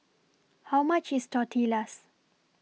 How much IS Tortillas